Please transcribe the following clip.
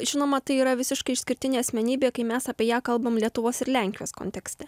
žinoma tai yra visiškai išskirtinė asmenybė kai mes apie ją kalbam lietuvos ir lenkijos kontekste